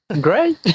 Great